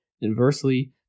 Inversely